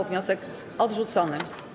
Wniosek odrzucony.